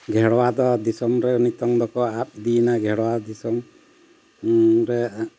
ᱜᱷᱮᱲᱣᱟ ᱫᱚ ᱫᱤᱥᱚᱢ ᱨᱮ ᱱᱤᱛᱳᱝ ᱫᱚᱠᱚ ᱟᱫ ᱤᱫᱤᱭᱮᱱᱟ ᱜᱷᱮᱲᱣᱟ ᱫᱤᱥᱚᱢ ᱨᱮ